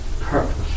purpose